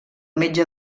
metge